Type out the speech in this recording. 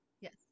yes